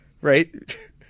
Right